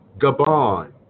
Gabon